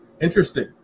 Interesting